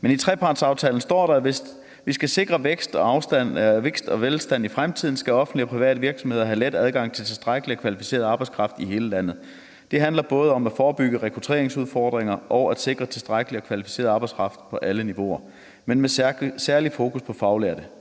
Men i trepartsaftalen står der: »Hvis vi skal sikre vækst og velstand i fremtiden, skal offentlige og private virksomheder have let adgang til tilstrækkelig og kvalificeret arbejdskraft i hele landet. Det handler både om at forebygge rekrutteringsudfordringer og at sikre tilstrækkelig og kvalificeret arbejdskraft på alle niveauer, men med særligt fokus på faglærte.